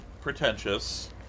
pretentious